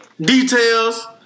details